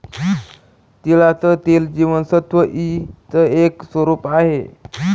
तिळाचं तेल जीवनसत्व ई च एक स्वरूप आहे